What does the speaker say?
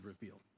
revealed